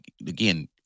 Again